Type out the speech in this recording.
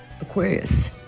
Aquarius